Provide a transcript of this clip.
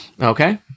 Okay